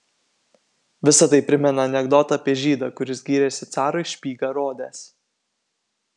visa tai primena anekdotą apie žydą kuris gyrėsi carui špygą rodęs